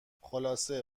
خلاصه